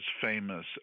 famous